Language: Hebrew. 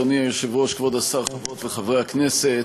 אדוני היושב-ראש, כבוד השר, חברות וחברי הכנסת,